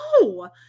no